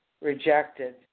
rejected